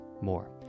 more